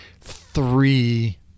Three